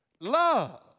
love